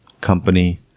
company